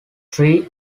three